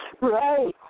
Right